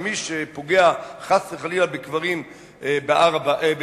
שמי שפוגע חס וחלילה בקברים בהר-הזיתים,